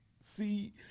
see